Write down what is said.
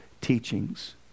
teachings